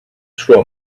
straw